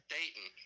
Dayton